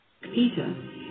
Peter